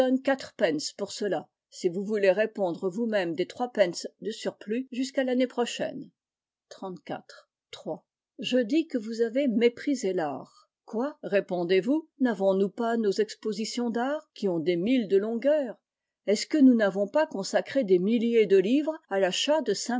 quatre pence pour cela si vous voulez répondre vous-même des pences de surplus jusqu'à l'année prochaine iii je dis que vous avez méprisé l'art i quoi répondez-vous n'avons-nous pas nos expositions d'art qui ont des milles de longueur est-ce que nous n'avons pas consacré des milliers de livres à l'achat de